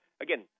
again